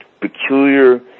peculiar